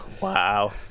Wow